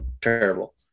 terrible